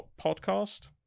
podcast